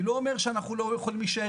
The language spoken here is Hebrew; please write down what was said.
אני לא אומר שאנחנו לא יכולים להישאר